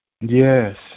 yes